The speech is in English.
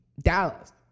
Dallas